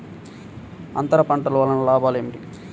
అంతర పంటల వలన లాభాలు ఏమిటి?